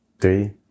three